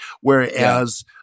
whereas